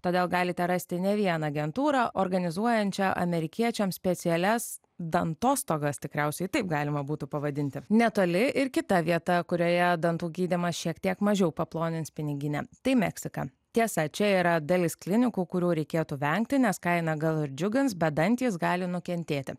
todėl galite rasti ne vieną agentūrą organizuojančią amerikiečiams specialias dantų atostogas tikriausiai taip galima būtų pavadinti netoli ir kita vieta kurioje dantų gydymas šiek tiek mažiau paplonins piniginę tai meksika tiesa čia yra dalis klinikų kurių reikėtų vengti nes kaina gal ir džiugins bet dantys gali nukentėti